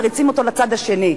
מריצים אותו לצד השני,